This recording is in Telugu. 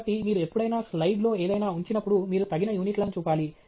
కాబట్టి మీరు ఎప్పుడైనా స్లైడ్లో ఏదైనా ఉంచినప్పుడు మీరు తగిన యూనిట్లను చూపాలి